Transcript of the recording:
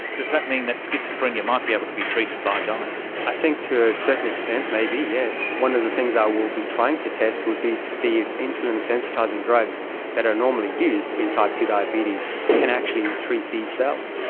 does that mean that schizophrenia might be able to be treated by diet? i think to a certain extent maybe, yes. one of the things i will be trying to test would be to see if insulin sensitising drugs that are normally used in type ii diabetes can actually treat these cells.